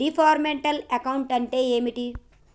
Departmental accounting అంటే ఏమిటి?